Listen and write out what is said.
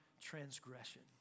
transgression